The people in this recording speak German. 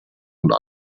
und